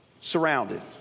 surrounded